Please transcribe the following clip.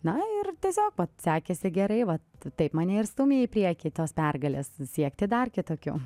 na ir tiesiog sekėsi gerai vat taip mane ir stūmė į priekį tos pergalės siekti dar kitokių